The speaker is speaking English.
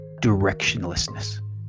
directionlessness